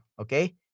Okay